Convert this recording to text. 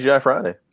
friday